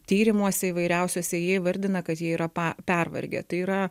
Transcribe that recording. tyrimuose įvairiausiuose jie įvardina kad jie yra pa pervargę tai yra